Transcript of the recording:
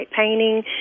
painting